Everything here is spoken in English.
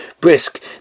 brisk